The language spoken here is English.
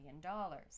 dollars